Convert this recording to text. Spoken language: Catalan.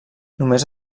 només